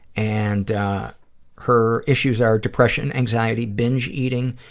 and her issues are depression, anxiety, binge eating,